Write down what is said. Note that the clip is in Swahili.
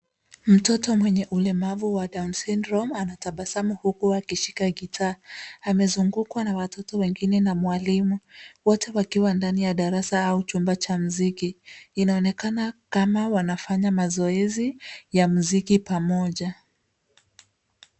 Mtoto mwenye ulemavu wa Down Syndrome anatabasamu huku akishika gitaa. Amezungukwa na watoto wengine na mwalimu. Wote wakiwa ndani ya darasa au chumba cha mziki. Inaonekana kama wanafanya mazoezi ya mziki pamoja.